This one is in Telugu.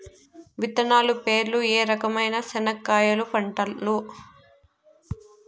విత్తనాలు పేర్లు ఏ రకమైన చెనక్కాయలు పంటలు?